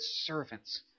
servants